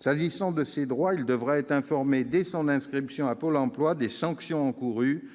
S'agissant de ses droits, il devra être informé dès son inscription à Pôle emploi des sanctions encourues